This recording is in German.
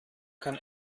kann